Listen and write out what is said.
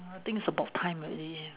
I think it's about time already